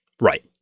Right